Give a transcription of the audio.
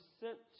sent